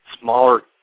smaller